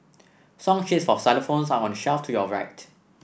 song sheets for xylophones are on the shelf to your right